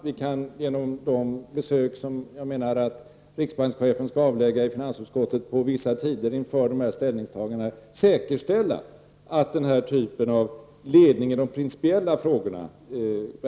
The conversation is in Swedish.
Vi kan, genom de besök som jag menar att riksbankschefen skall avlägga i finansutskottet på vissa tider inför de här ställningstagandena, säkerställa att riksdagen verkligen har hand om ledningen i de principiella frågorna.